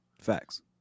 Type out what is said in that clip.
Facts